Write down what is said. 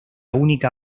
única